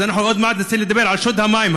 אז אנחנו עוד מעט נצא לדבר על שוד המים,